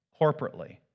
corporately